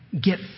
get